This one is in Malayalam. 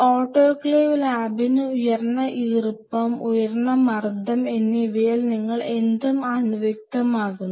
ഓട്ടോക്ലേവ് ഒരു പ്രഷർ കുക്കർ പോലെയാണ് അവിടെ ഉയർന്ന ഈർപ്പം ഉയർന്ന മർദ്ദം എന്നിവയിൽ നിങ്ങൾ എന്തും അണുവിമുക്തമാക്കുന്നു